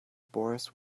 boris